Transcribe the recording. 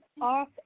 off